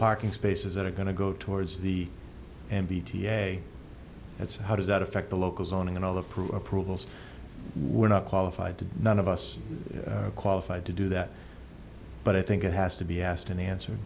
parking spaces that are going to go towards the end bta that's how does that affect the local zoning and all the proof approvals were not qualified to none of us are qualified to do that but i think it has to be asked and answered